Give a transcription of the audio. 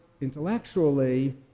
intellectually